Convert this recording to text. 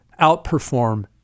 outperform